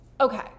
Okay